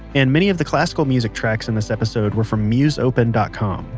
and many of the classical music tracks in this episode were from musopen dot com.